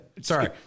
Sorry